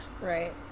Right